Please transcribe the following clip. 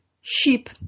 Sheep